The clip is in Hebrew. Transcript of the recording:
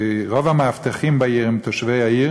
רוב המאבטחים בעיר הם תושבי העיר,